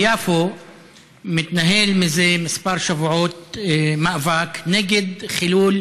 ביפו מתנהל זה כמה שבועות מאבק נגד חילול